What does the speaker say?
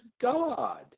God